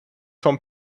vom